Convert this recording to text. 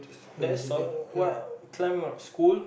that's all what climb a school